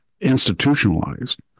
institutionalized